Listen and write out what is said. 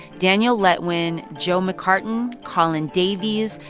daniel letwin, joe mccartan, colin davies,